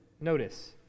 Notice